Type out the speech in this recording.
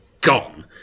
gone